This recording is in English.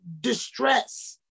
distress